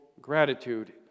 gratitude